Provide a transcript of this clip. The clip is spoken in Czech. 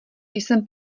jsem